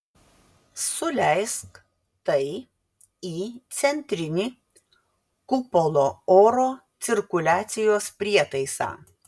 suleisk tai į centrinį kupolo oro cirkuliacijos prietaisą